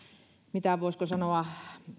mitään voisiko sanoa